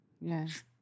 Yes